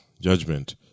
judgment